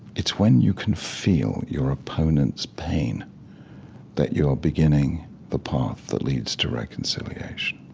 it's when you can feel your opponent's pain that you're beginning the path that leads to reconciliation